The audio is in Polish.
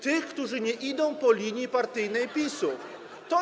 tych, którzy nie idą po linii partyjnej PiS-u.